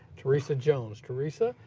teresa jones. teresa,